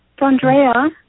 Andrea